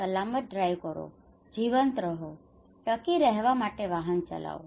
સલામત ડ્રાઇવ કરો જીવંત રહો ટકી રહેવા માટે વાહન ચલાવો